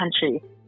country